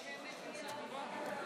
(קוראת בשמות חברי הכנסת)